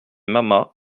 mama